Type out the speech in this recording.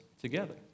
together